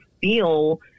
feel